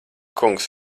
kungs